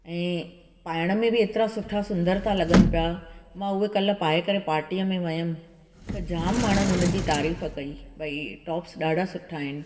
ऐं पाइण में बि एतिरा सुठा सुंदर था लॻनि पिया मां उहे पाए करे पार्टीअ में वयमि त जामु माण्हुनि उनजी तारीफ़ कई भई टॉप्स ॾाढा सुठा आहिनि